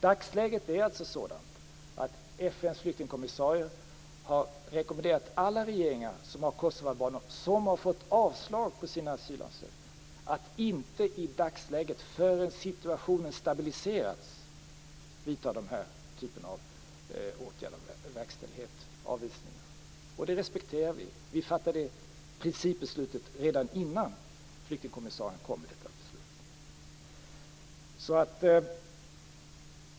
Dagsläget är sådant att FN:s flyktingkommissarie har rekommenderat alla regeringar i länder som har kosovoalbaner som har fått avslag på sina asylansökningar att inte i dagsläget förrän situationen stabiliserats vidta dessa typer av åtgärder, dvs. verkställighet av avvisningar. Det respekterar vi. Vi fattade det principbeslutet redan innan flyktingkommissarien kom med detta beslut.